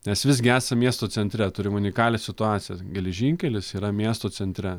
nes visgi esam miesto centre turim unikalią situaciją geležinkelis yra miesto centre